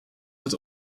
het